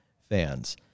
fans